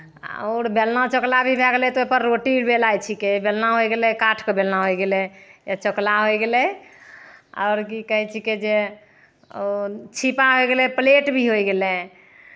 आओर बेलना चकला भी भए गेलै तऽ ओहिपर रोटी बेलाइ छिकै बेलना होय गेलै काठके बेलना होय गेलै चकला होय गेलै छिपा होय गेलै प्लेट भी होय गेलै